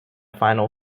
final